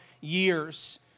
years